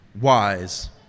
wise